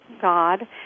God